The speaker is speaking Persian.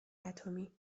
اتمی